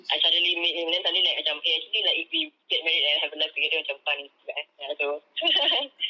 I suddenly meet him then suddenly like eh macam eh actually like if we get married and have a life together macam fun gitu juga eh ya so